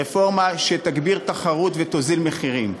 רפורמה שתגביר תחרות ותוריד מחירים.